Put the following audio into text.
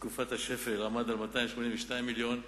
בתקופת השפל, עמד על 282 מיליון ש"ח.